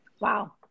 Wow